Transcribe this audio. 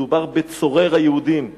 מדובר בצורר היהודים.